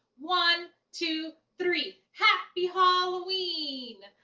one, two, three, happy halloween!